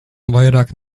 vairāk